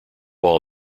all